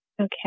Okay